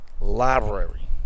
Library